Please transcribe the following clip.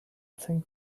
thing